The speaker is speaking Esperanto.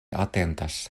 atentas